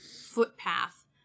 footpath